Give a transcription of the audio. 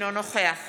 אינו נוכח